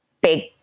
big